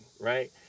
right